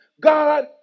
God